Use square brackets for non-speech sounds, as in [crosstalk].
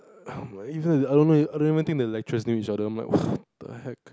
[noise] I don't know I don't think the lecturers knew each other I'm like what the heck